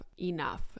enough